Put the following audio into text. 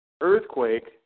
earthquake